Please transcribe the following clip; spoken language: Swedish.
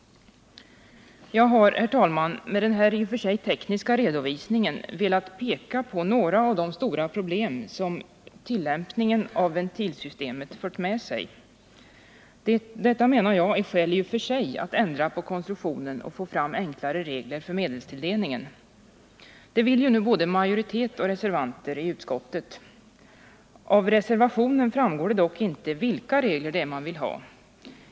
Jag har, herr talman, med den här i och för sig tekniska redovisningen velat peka på några av de stora problem som tillämpningen av ventilsystemet fört med sig. Detta, menar jag, är skäl att ändra på konstruktionen och få fram enklare regler för medelstilldelningen. Det vill ju både majoritet och reservanter i utskottet. Av reservationen framgår dock inte vilka regler man vill ha.